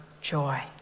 joy